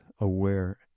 aware